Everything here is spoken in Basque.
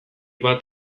bat